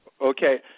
Okay